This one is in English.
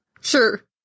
Sure